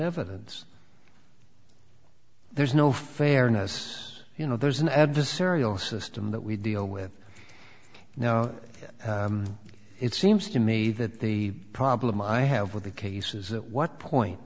evidence there's no fairness you know there's an adversarial system that we deal with now it seems to me that the problem i have with the case is that what point